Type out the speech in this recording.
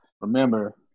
Remember